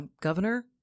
Governor